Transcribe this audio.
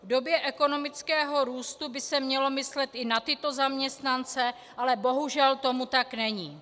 V době ekonomického růstu by se mělo myslet i na tyto zaměstnance, ale bohužel tomu tak není.